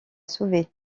sauver